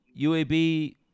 UAB